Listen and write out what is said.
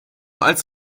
als